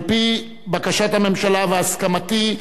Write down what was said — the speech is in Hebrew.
על-פי בקשת הממשלה ובהסכמתי,